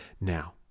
Now